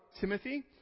Timothy